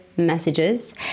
messages